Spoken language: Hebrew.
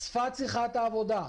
צפת צריכה את העבודה,